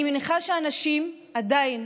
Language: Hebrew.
אני מניחה שאנשים עדיין,